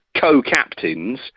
co-captains